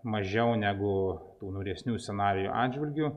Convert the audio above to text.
mažiau negu tų niūresnių scenarijų atžvilgiu